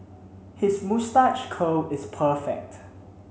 his moustache curl is perfect